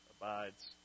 abides